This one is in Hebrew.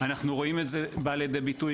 אנחנו רואים את זה בא לידי ביטוי,